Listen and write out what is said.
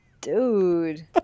Dude